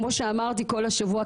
כמו שאמרתי כל השבוע,